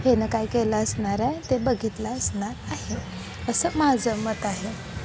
ह्यानं काय केलं असणार आहे ते बघितलं असणार आहे असं माझं मत आहे